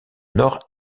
nord